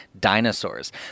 dinosaurs